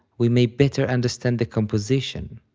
we may better understand the composition,